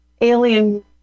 alien